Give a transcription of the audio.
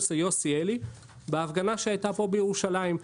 יוסי אלי בהפגנה שהייתה פה בירושלים.